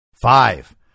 Five